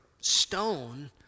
stone